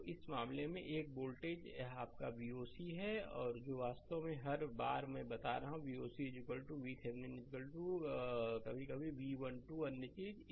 तो इस मामले में यह वोल्टेज यह आपका Voc है जो वास्तव में हर बार मैं बता रहा हूं Voc VThevenin कभी कभी V 1 2 अन्य चीज़